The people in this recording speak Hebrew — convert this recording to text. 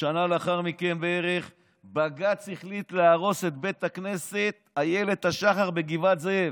בערך שנה לאחר מכן בג"ץ החליט להרוס את בית הכנסת איילת השחר בגבעת זאב.